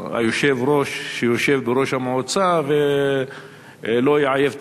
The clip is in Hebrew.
היושב-ראש שיושב בראש המועצה ולא יעייף את